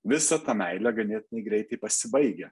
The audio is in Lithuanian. visa ta meilė ganėtinai greitai pasibaigia